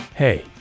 Hey